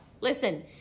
Listen